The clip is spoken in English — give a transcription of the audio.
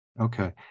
okay